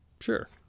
Sure